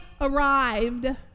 arrived